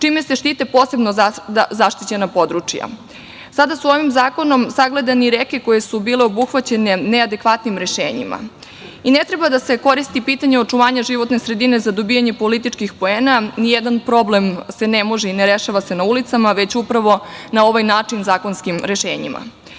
čime se štite posebno zaštićena područja. Sada su ovim zakonom sagledane i reke koje su bile obuhvaćene neadekvatnim rešenjima. Ne treba da se koristi pitanje očuvanja životne sredine za dobijanje političkih poena, jer se ni jedan problem ne rešava na ulicama, već upravo na ovaj način, zakonskim rešenjima. Jedina